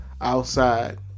outside